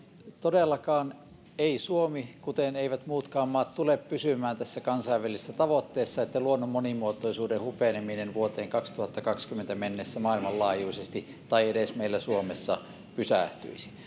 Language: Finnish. todellakaan ei suomi kuten eivät muutkaan maat tule pysymään tässä kansainvälisessä tavoitteessa että luonnon monimuotoisuuden hupeneminen vuoteen kaksituhattakaksikymmentä mennessä maailmanlaajuisesti tai edes meillä suomessa pysähtyisi